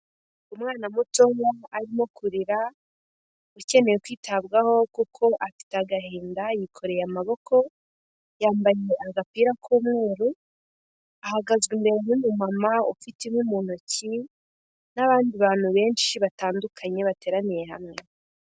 Umwana mutoya arimo kurira ukeneye kwitabwaho kuko afite agahinda, yikoreye amaboko, yambaye agapira k'umweru, ahagaze imbere y'umumama ufite inkwi mu ntoki n'abandi bantu benshi batandukanye bateraniye hamwe.